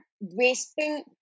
wasting